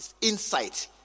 insight